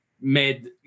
made